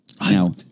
Now